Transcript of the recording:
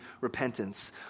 repentance